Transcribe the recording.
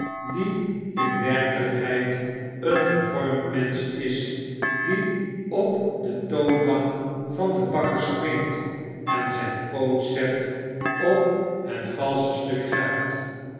die in werkelpheid een vervormd mensch is die op de toonbank van den bakker springt en zyn poot zet op het valsche stuk geld